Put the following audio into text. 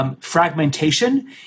Fragmentation